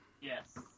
Yes